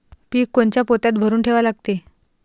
पीक कोनच्या पोत्यात भरून ठेवा लागते?